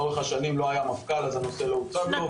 לאורך השנים לא היה מפכ"ל אז הנושא לא הוצג לו.